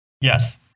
Yes